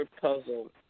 puzzle